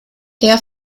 der